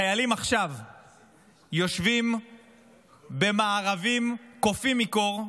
חיילים יושבים עכשיו במארבים, קופאים מקור,